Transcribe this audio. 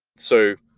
so,